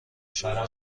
شما